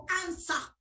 answer